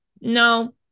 no